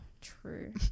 True